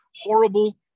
horrible